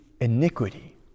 iniquity